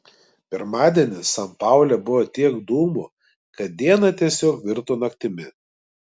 pirmadienį san paule buvo tiek dūmų kad diena tiesiog virto naktimi